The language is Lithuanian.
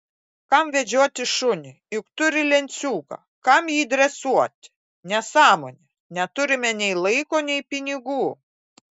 kam vedžioti šunį juk turi lenciūgą kam jį dresuoti nesąmonė neturime nei laiko nei pinigų